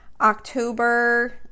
October